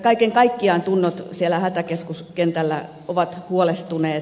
kaiken kaikkiaan tunnot siellä hätäkeskuskentällä ovat huolestuneet